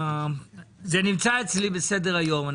זה נמצא אצלי על סדר-היום.